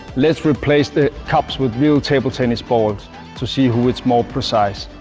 let's replace the cups with real table tennis balls to see who is more precise.